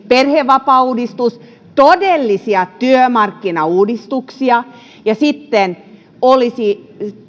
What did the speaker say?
perhevapaauudistuksen todellisia työmarkkinauudistuksia ja sitten olisi